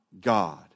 God